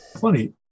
funny